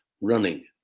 running